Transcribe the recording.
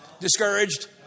Discouraged